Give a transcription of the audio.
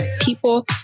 people